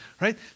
right